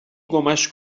گمش